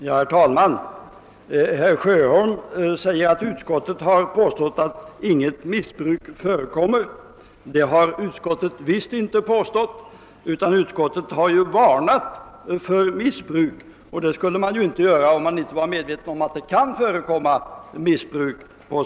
Herr talman! Herr Sjöholm sade att utskottet påstått att inget missbruk förekommer. Det har utskottet visst inte gjort. Utskottet har ju varnat för missbruk, och det skulle man inte göra om man inte var medveten om att det på sina håll kan förekomma missbruk.